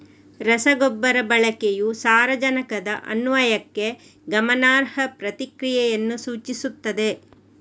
ರಸಗೊಬ್ಬರ ಬಳಕೆಯು ಸಾರಜನಕದ ಅನ್ವಯಕ್ಕೆ ಗಮನಾರ್ಹ ಪ್ರತಿಕ್ರಿಯೆಯನ್ನು ಸೂಚಿಸುತ್ತದೆ